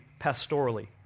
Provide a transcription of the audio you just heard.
pastorally